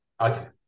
okay